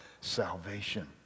salvation